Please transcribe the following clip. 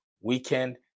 weekend